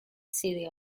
city